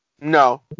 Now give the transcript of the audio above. No